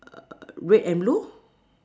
err red and blue